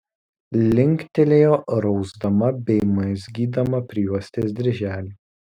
linktelėjo rausdama bei mazgydama prijuostės dirželį